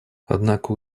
однако